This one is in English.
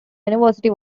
university